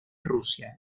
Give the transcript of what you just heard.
rusia